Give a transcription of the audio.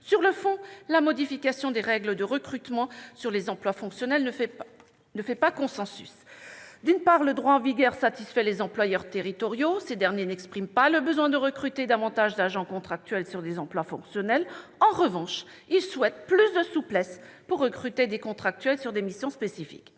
Sur le fond, la modification des règles de recrutement pour les emplois fonctionnels ne fait pas consensus. D'une part, le droit en vigueur satisfait les employeurs territoriaux. Ces derniers n'expriment pas le besoin de recruter davantage d'agents contractuels pour des emplois fonctionnels. En revanche, ils souhaitent plus de souplesse pour recruter des contractuels sur des missions spécifiques.